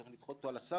צריך לדחות אותו על הסף,